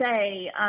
say